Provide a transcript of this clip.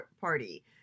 party